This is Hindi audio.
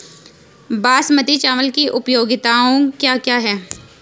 बासमती चावल की उपयोगिताओं क्या क्या हैं?